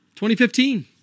2015